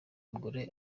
mugore